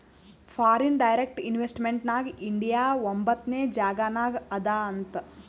foreign direct investment ನಾಗ್ India ಒಂಬತ್ನೆ ಜಾಗನಾಗ್ ಅದಾ ಅಂತ್